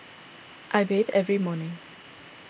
I bathe every morning